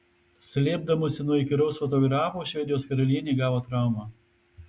slėpdamasi nuo įkyraus fotografo švedijos karalienė gavo traumą